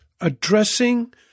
addressing